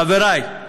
חברי,